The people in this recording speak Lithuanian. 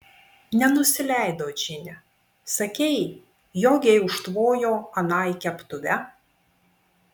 nenusileido džine sakei jogei užtvojo anai keptuve